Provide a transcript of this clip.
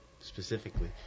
specifically